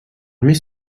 més